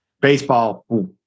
baseball